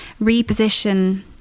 reposition